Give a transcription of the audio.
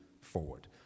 forward